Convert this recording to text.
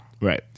right